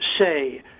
say